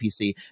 PC